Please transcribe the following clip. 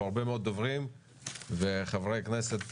בוקר טוב.